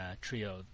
trio